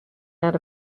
out